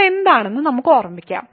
അത് എന്താണെന്ന് നമുക്ക് ഓർമ്മിക്കാം